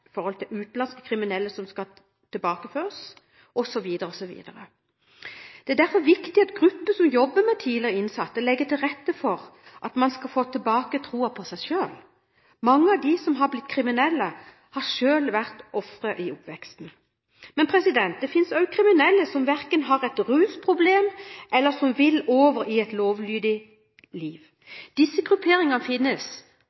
derfor viktig at grupper som jobber med tidligere innsatte, legger til rette for at man skal få tilbake troen på seg selv. Mange av dem som er blitt kriminelle, har selv vært ofre i oppveksten, men det finnes også kriminelle som verken har et rusproblem, eller som vil over i et lovlydig